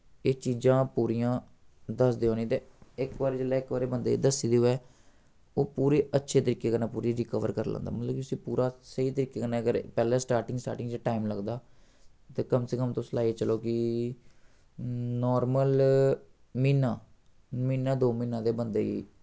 एह् चीजां पूरियां दसदे उ'नें ई ते इक बारी जिसलै इक बारी बंदे दस्सी दी होऐ ओह् पूरे अच्छे तरीके कन्नै पूरी रिकवर कर लैंदा मतलब कि उस्सी पूरा स्हेई तरीके कन्नै अगर पैह्लें स्टार्टिंग स्टार्टिंग च टाइम लगदा ते कम से कम तुस लाइयै चलो कि नार्मल म्हीना म्हीना दो म्हीना ते बंदे गी